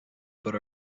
but